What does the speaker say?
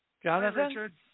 Jonathan